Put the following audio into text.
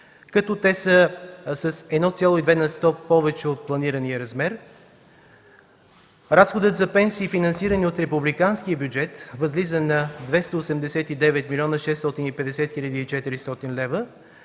като те са с 1,2 на сто повече от планирания размер. Разходът за пенсии, финансирани от републиканския бюджет, възлиза на 289 млн. 650 хил. 400 лв.,